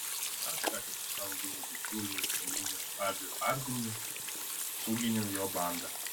aš ką tik su savo geru bičiuliu ir kaimynu abiu hardingu suginiau jo bandą